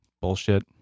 bullshit